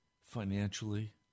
financially